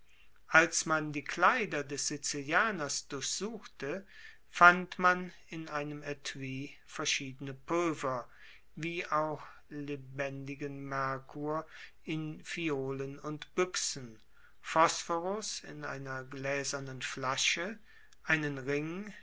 als man die kleider des sizilianers durchsuchte fand man in einem etui verschiedene pulver wie auch lebendigen merkur in phiolen und büchsen phosphorus in einer gläsernen flasche einen ring